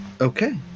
okay